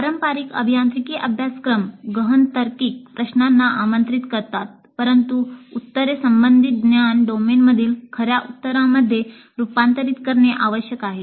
पारंपारिक अभियांत्रिकी अभ्यासक्रम गहन तार्किक प्रश्नांना आमंत्रित करतात परंतु उत्तरे संबंधित ज्ञान डोमेनमधील 'खऱ्या' उत्तरांमध्ये रूपांतरित करणे आवश्यक आहे